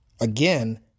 Again